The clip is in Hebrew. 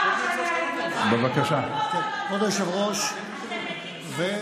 כבוד היושב-ראש, שנייה.